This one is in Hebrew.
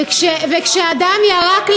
זה מה שהם אמרו.